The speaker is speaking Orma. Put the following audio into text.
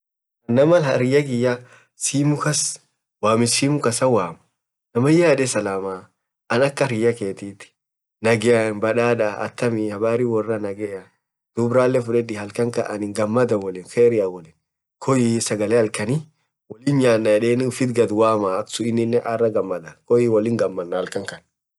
naam hariyaa kiyya simu kaas wamich simuu kasaa waam, namayaa edee salamaa.ann ak hariyaa keetiit nagheen badadd atiimii, habarii worra nagheea, duub rale fudedii halkankaana snin gamadan woliin, kherian woliinkoyyi sagalee halkanii woliin nyanaa eddenii uffit gadd wamaa, koyii wollin gamanaa eddan.